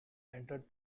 entered